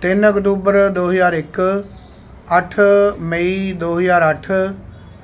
ਤਿੰਨ ਅਕਤੂਬਰ ਦੋ ਹਜ਼ਾਰ ਇੱਕ ਅੱਠ ਮਈ ਦੋ ਹਜ਼ਾਰ ਅੱਠ